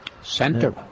Center